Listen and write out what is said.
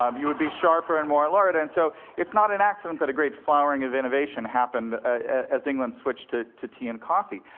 um you would be sharper and more alert. and so it's not an accident that a great flowering of innovation happened as england switched to to tea and coffee.